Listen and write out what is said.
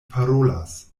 parolas